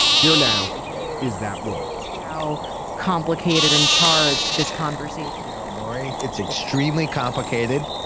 here now is that word how complicated and charged this conversation eric murray. it's extremely complicated.